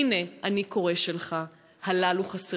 'הנה, אני קורא שלך' הללו חסרים".